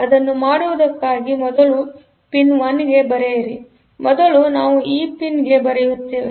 ಅದನ್ನು ಮಾಡುವುದಕ್ಕಾಗಿ ಮೊದಲುಪಿನ್ಗೆ 1 ಬರೆಯಿರಿ ಮೊದಲು ನಾವು ಈ ಪಿನ್ಗೆ 1 ಬರೆಯುತ್ತೇವೆ